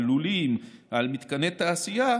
על לולים ועל מתקני תעשייה,